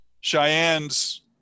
Cheyenne's